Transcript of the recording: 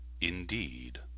indeed